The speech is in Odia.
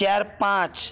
ଚାରି ପାଞ୍ଚ